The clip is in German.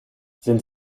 sind